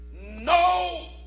no